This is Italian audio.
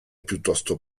piuttosto